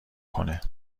کنه